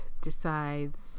decides